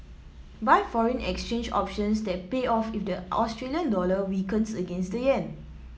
buy foreign exchange options that pay off if the Australian dollar weakens against the yen